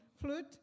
flute